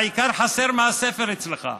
העיקר חסר מהספר אצלך.